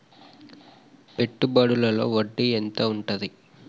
పెట్టుబడుల లో వడ్డీ ఎంత ఉంటది?